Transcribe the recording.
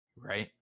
right